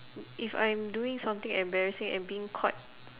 if I'm doing something embarrassing and being caught